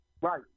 Right